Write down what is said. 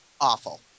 awful